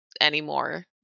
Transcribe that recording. anymore